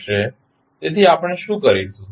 તેથી આપણે શું કરીશું